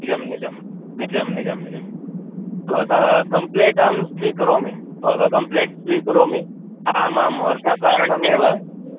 निजं निजं निजं निजं निजं भवतः कम्प्लेट् अहं स्वीकरोमि भवतः कम्प्लेण्ट् स्वीकरोमि आमामां वर्षाकारणमेव